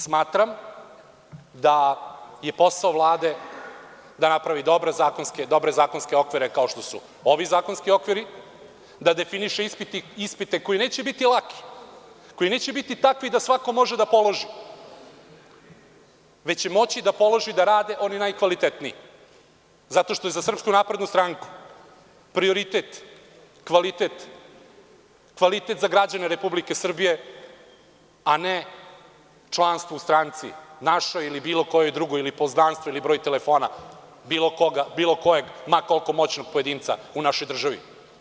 Smatram da je posao Vlade da napravi dobre zakonske okvire, kao što su ovi zakonski okviri, da definiše ispite koji neće biti laki, koji neće biti takvi da svako može da položi, već će moći da polože i da rade oni najkvalitetniji, zato što je za SNS prioritet kvalitet, kvalitet za građane Republike Srbije, a ne članstvo u stranci ili bilo kojoj drugoj, ili poznanstvo, ili broj telefona bilo kojeg ma koliko moćnog pojedinca u našoj državi.